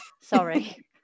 sorry